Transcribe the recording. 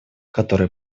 которые